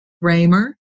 Raymer